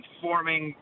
forming